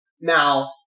Now